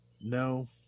no